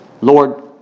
Lord